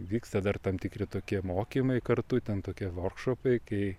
vyksta dar tam tikri tokie mokymai kartu ten tokie vorkšopai kai